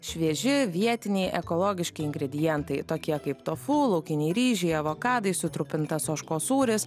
švieži vietiniai ekologiški ingredientai tokie kaip tofu laukiniai ryžiai avokadai sutrupintas ožkos sūris